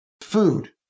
food